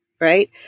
right